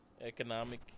Economic